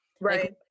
Right